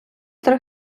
три